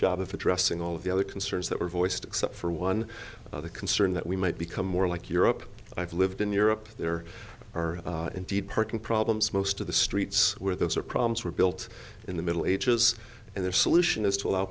job of addressing all of the other concerns that were voiced except for one other concern that we might become more like europe i've lived in europe there are indeed parking problems most of the streets where those are problems were built in the middle ages and their solution is to allow